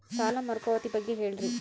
ಸಾಲ ಮರುಪಾವತಿ ಬಗ್ಗೆ ಹೇಳ್ರಿ?